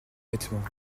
vêtements